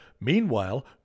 Meanwhile